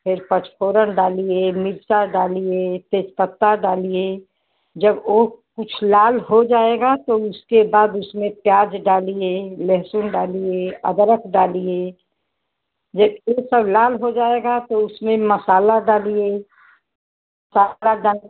फिर पंच फोरन डालिए मिर्च डालिए तेजपत्ता डालिए जब वह कुछ लाल हो जाएगा तो उसके बाद उसमें प्याज़ डालिए लहसुन डालिए अदरक डालिए यह यह सब लाल हो जाएगा तो उसमें मसाला डालिए सारा डाल